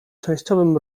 częściowym